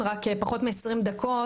פחות מעשרים דקות,